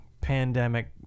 pandemic